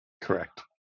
Correct